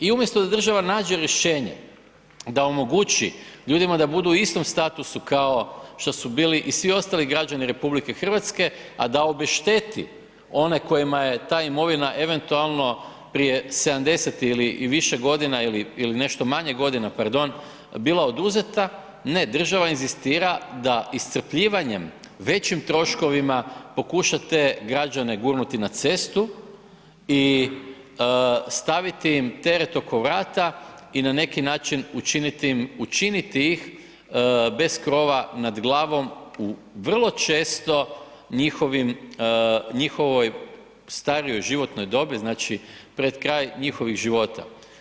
I umjesto da država nađe rješenje da omogući ljudima da budu u istom statusu kao što su bili i svi ostali građani RH, a da obešteti one kojima je ta imovina eventualno prije 70 ili i više godina ili nešto manje godina, pardon, bila oduzeta, ne država inzistira da iscrpljivanje, većim troškovima pokuša te građane gurnuti na cestu i staviti im teret oko vrata i na neki način učiniti ih bez krova nad glavom u vrlo često njihovoj starijoj životnoj dobi, znači pred kraj njihovih života.